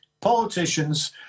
politicians